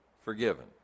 forgiven